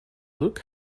luke